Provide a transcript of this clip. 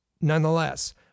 Nonetheless